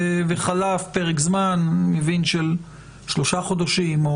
וחלף פרק זמן של שלושה חודשים.